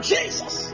Jesus